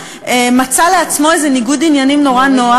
מצא לעצמו איזה ניגוד עניינים נורא נוח: